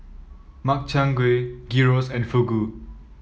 Makchang Gui Gyros and Fugu